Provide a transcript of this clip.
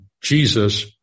Jesus